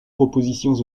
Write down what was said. propositions